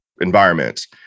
environments